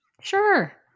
Sure